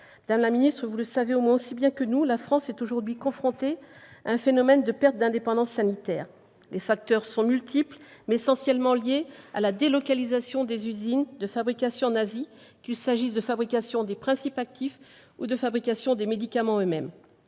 Madame la ministre, vous le savez au moins aussi bien que nous : la France est aujourd'hui confrontée à une perte d'indépendance sanitaire. Les facteurs en sont multiples, mais essentiellement liés à la délocalisation en Asie des usines de fabrication des principes actifs comme des médicaments eux-mêmes.